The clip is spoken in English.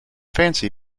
fancy